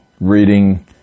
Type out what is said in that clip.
reading